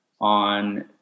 on